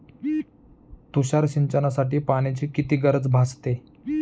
तुषार सिंचनासाठी पाण्याची किती गरज भासते?